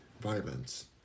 violence